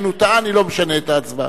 אני קובע שהצעת